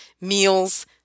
meals